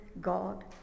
God